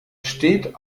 steht